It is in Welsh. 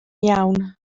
iawn